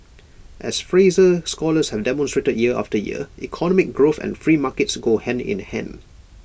as Fraser scholars have demonstrated year after year economic growth and free markets go hand in hand